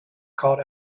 called